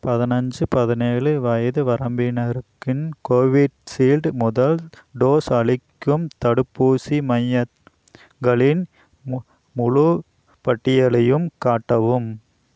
பதினைஞ்சி பதனேழு வயது வரம்பினருக்கின் கோவிஷீல்டு முதல் டோஸ் அளிக்கும் தடுப்பூசி மையங்களின் மு முழுப் பட்டியலையும் காட்டவும்